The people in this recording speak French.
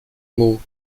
mot